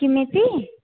किम् इति